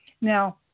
Now